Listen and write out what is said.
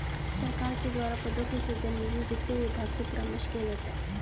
सरकार के द्वारा पदों के सृजन में भी वित्त विभाग से परामर्श किया जाता है